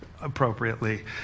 appropriately